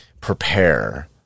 prepare